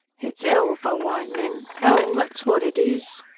it's ell for white men ell, that's what it is!